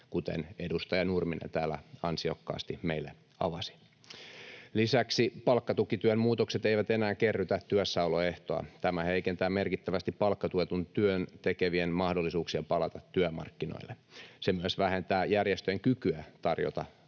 kuten edustaja Nurminen täällä ansiokkaasti meille avasi. Lisäksi palkkatukityön muutokset eivät enää kerrytä työssäoloehtoa. Tämä heikentää merkittävästi palkkatuettua työtä tekevien mahdollisuuksia palata työmarkkinoille. Se myös vähentää järjestöjen kykyä tarjota